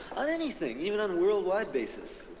on anything, even on worldwide basis.